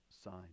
sign